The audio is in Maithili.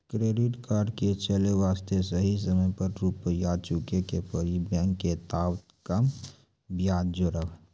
क्रेडिट कार्ड के चले वास्ते सही समय पर रुपिया चुके के पड़ी बेंच ने ताब कम ब्याज जोरब?